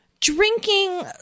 drinking